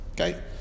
okay